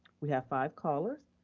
we have five callers,